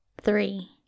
Three